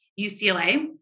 UCLA